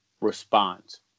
responds